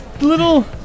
little